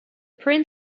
print